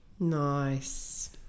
nice